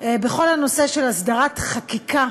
בכל הנושא של הסדרת חקיקה